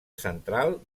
central